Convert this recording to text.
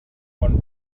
bon